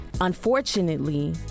unfortunately